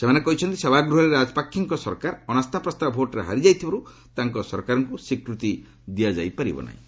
ସେମାନେ କହିଛନ୍ତି ସଭାଗୃହରେ ରାଜପାକ୍ଷେଙ୍କ ସରକାର ଅନାସ୍ଥାପ୍ରସ୍ତାବ ଭୋଟ୍ରେ ହାରିଯାଇଥିବାରୁ ତାଙ୍କ ସରକାରଙ୍କୁ ସ୍ୱୀକୃତି ଦିଆଯାଇ ପାରିବ ନାହିଁ